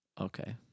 Okay